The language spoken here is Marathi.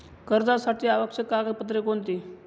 कर्जासाठी आवश्यक कागदपत्रे कोणती?